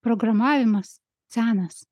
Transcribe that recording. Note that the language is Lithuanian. programavimas senas